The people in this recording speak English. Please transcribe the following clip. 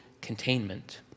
containment